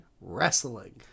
wrestling